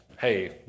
Hey